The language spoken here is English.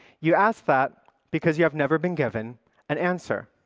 you ask that because you have never been given an answer.